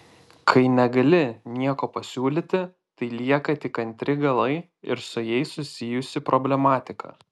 kai negali nieko pasiūlyti tai lieka tik antri galai ir su jais susijusi problematika